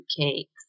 cakes